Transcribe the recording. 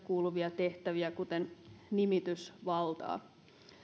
kuuluvia tehtäviä kuten nimitysvaltaa